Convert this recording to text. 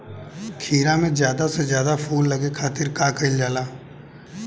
खीरा मे ज्यादा से ज्यादा फूल लगे खातीर का कईल जाला?